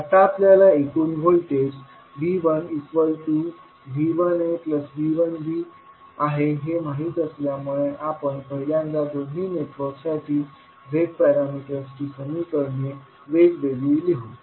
आता आपल्याला एकूण व्होल्टेज V1V1aV1bआहे हे माहीत असल्यामुळे आपण पहिल्यांदा दोन्ही नेटवर्कसाठी z पॅरामीटर्सची समीकरणे वेगवेगळी लिहू